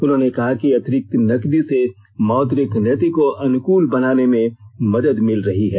उन्होंने कहा कि अतिरिक्त नगदी से मौद्रिक नीति को अनुकूल बनाने में मदद मिल रही है